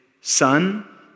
Son